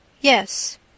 Yes